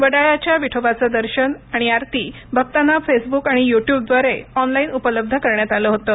वडाळ्याच्या विठोबाचं दर्शन आरती भक्तांना फेसब्क आणि युट्यूबद्वारे ऑनलाइन उपलब्ध करण्यात आलं होतं